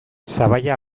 sabaia